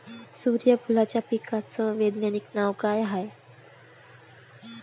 सुर्यफूलाच्या पिकाचं वैज्ञानिक नाव काय हाये?